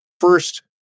First